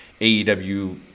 AEW